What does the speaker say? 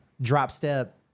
drop-step